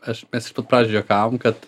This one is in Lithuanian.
aš mes pažiui juokavom kad